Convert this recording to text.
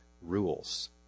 rules